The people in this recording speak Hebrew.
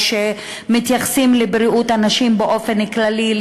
שמתייחסים לבריאות הנשים באופן כללי,